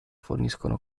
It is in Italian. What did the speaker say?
forniscono